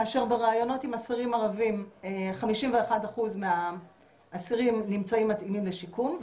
כאשר בריאיונות עם אסירים ערבים 51% מהאסירים נמצאים מתאימים לשיקום,